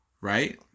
Right